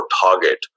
target